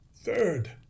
Third